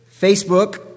Facebook